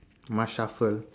must shuffle